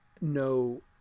no